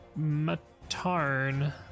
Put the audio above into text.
Matarn